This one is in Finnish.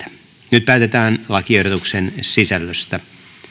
nyt päätetään lakiehdotuksen sisällöstä